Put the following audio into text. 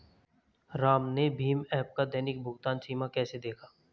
राम ने भीम ऐप का दैनिक भुगतान सीमा कैसे देखा?